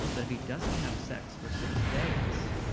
but if he doesn't have sex for six days,